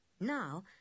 Now